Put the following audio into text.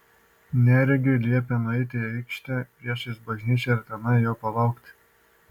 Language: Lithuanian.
neregiui liepė nueiti į aikštę priešais bažnyčią ir tenai jo palaukti